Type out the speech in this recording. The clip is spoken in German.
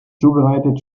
zubereitet